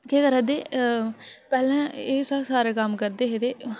केह् करा दे पैह्लें एह् कम्म सारा करदे हे ते